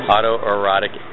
Autoerotic